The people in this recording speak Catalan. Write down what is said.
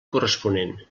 corresponent